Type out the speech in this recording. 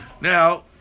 Now